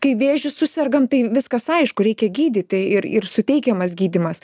kai vėžį susergam tai viskas aišku reikia gydyti ir ir suteikiamas gydymas